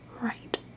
right